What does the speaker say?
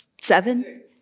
Seven